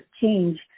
change